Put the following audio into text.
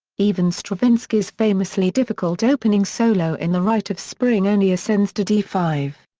even stravinsky's famously difficult opening solo in the rite of spring only ascends to d five.